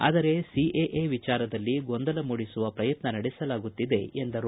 ಆದರೆ ಸಿಎಎ ವಿಚಾರದಲ್ಲಿ ಗೊಂದಲ ಮೂಡಿಸುವ ಪ್ರಯತ್ನ ನಡೆಸಲಾಗುತ್ತಿದೆ ಎಂದರು